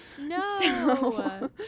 No